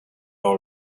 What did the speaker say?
all